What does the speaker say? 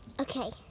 Okay